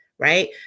Right